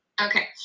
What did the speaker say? Okay